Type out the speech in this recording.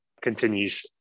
continues